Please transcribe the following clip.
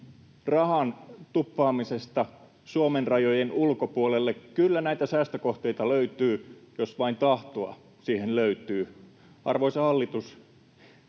rahan tuppaamisesta Suomen rajojen ulkopuolelle. Kyllä näitä säästökohteita löytyy, jos vain tahtoa siihen löytyy. Arvoisa hallitus,